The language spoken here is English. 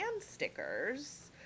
stickers